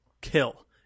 kill